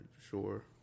Sure